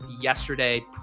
yesterday